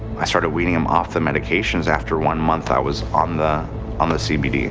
i started weaning him off the medications after one month i was on the on the cbd.